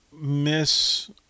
miss